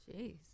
Jeez